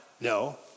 no